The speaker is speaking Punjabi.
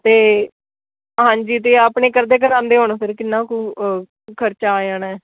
ਅਤੇ ਹਾਂਜੀ ਅਤੇ ਆਪਣੇ ਕਰਦੇ ਕਰਾਉਂਦੇ ਹੁਣ ਫਿਰ ਕਿੰਨਾ ਕੁ ਖਰਚਾ ਆ ਜਾਣਾ ਹੈ